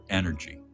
energy